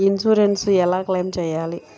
Insurance ఎలా claim చేయాలి?